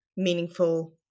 Meaningful